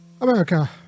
America